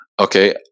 Okay